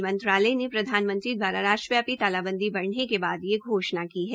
rail मंत्रालय ने प्रधानमंत्री द्वारा राष्टव्यापी तालाबंदी बांग्ने के बाद यह घोषणा की है